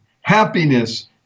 happiness